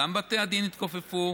גם בתי הדין התכופפו,